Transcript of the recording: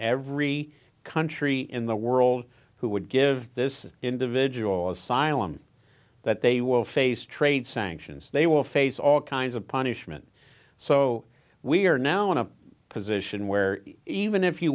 every country in the world who would give this individual asylum that they will face trade sanctions they will face all kinds of punishment so we are now in a position where even if you